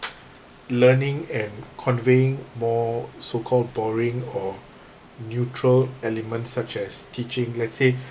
learning and conveying more so called boring or neutral element such as teaching let's say